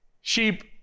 Sheep